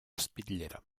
espitllera